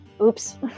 Oops